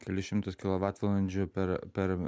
kelis šimtus kilovatvalandžių per per